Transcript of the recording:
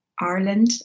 Ireland